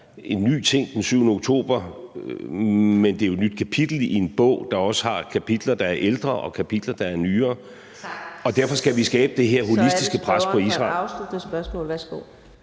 en ny ting med den 7. oktober, men det er jo et nyt kapitel i en bog, der også har kapitler, der er ældre, og kapitler, der er nyere, og derfor skal vi skabe det her holistiske pres på Israel.